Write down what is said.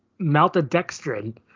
maltodextrin